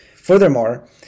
Furthermore